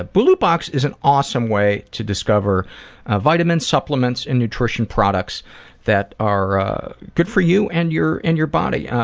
ah bulu box is an awesome way to discover vitamins, supplements and nutrition products that are good for you and your and your body. yeah